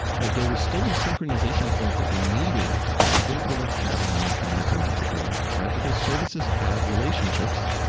but there were still these synchronization points that we needed that we didn't really have a mechanism for doing, right? because services have relationships,